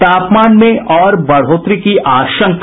तापमान में और बढ़ोतरी की आशंका